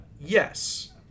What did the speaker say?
Yes